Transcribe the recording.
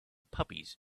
puppies